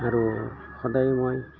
আৰু সদায় মই